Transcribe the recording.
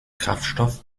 kraftstoff